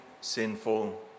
sinful